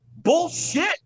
bullshit